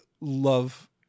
love